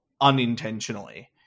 unintentionally